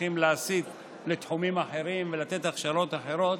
שצריכים להסיט לתחומים אחרים ולתת הכשרות אחרות.